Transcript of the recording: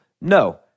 No